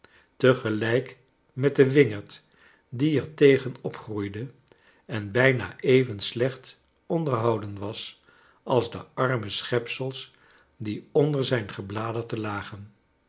gelijk met den wingerd die er tegen opgroeide en bijna even slecht onderhouden was als de arme schepsels die onder zijn gebladerte lagen